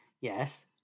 Yes